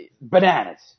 bananas